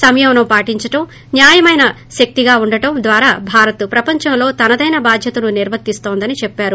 సంయమనం పాటించడం న్యాయమైన శక్తిగా ఉండడం ద్వారా భారత్ ప్రపంచంలో తనదైన బాధ్యతను నిర్వర్తిస్తోందని చెప్పారు